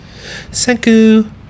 Senku